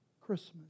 Christmas